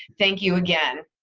thank you again.